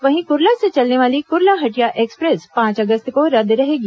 वहीं कुर्ला से चलने वाली कुर्ला हटिया एक्सप्रेस पांच अगस्त को रद्द रहेगी